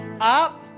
up